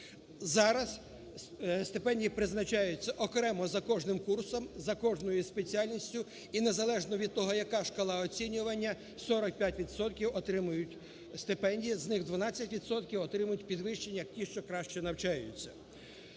Зараз стипендії призначаються окремо за кожним курсом, за кожною спеціальністю і незалежно від того, яка шкала оцінювання, 45 відсотків отримують стипендії. З них 12 відсотків отримують підвищення, ті, що краще навчаються.